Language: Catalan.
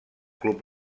club